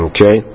Okay